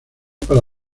para